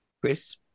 Chris